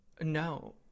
No